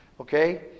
okay